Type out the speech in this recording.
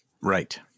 Right